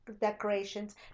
decorations